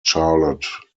charlotte